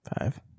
Five